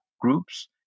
groups